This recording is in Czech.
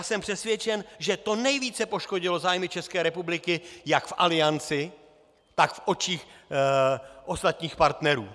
Jsem přesvědčen, že to nejvíce poškodilo zájmy České republiky jak v Alianci, tak v očích ostatních partnerů.